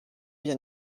bien